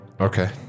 Okay